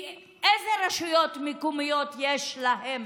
כי איזה רשויות מקומיות יש להן